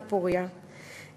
מפוריה,